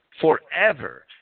forever